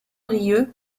brieuc